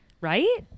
right